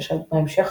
אשר בהמשך